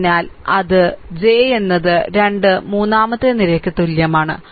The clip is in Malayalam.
അതിനാൽ അത് j എന്നത് 2 മൂന്നാമത്തെ നിരയ്ക്ക് തുല്യമാണ്